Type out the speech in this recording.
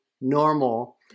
normal